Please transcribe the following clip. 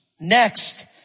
Next